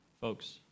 Folks